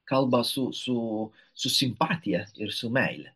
kalba su su su simpatija ir su meile